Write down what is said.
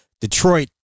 Detroit